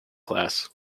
class